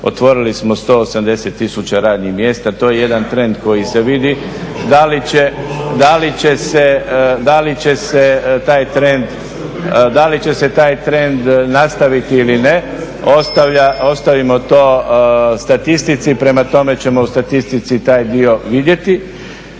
Otvorili smo 180 tisuća radnih mjesta. To je jedan trend koji se vidi. Da li će se taj trend nastaviti ili ne ostavimo to statistici. Prema tome ćemo u statistici taj dio vidjeti.